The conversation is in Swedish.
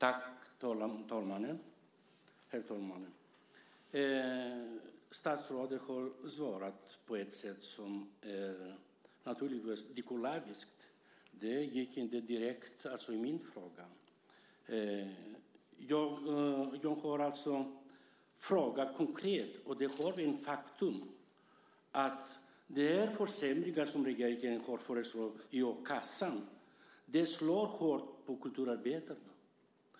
Herr talman! Statsrådet har svarat på något som inte direkt ingick i min fråga. Jag har ställt en konkret fråga. Det är ett faktum att regeringen har föreslagit försämringar i a-kassan, och de slår hårt mot kulturarbetarna.